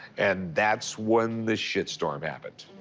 and that's when the shit storm happened.